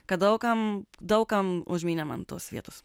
kad daug kam daug kam užmynė man tos vietos